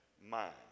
mind